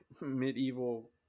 medieval